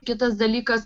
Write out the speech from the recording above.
kitas dalykas